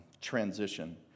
transition